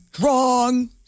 Wrong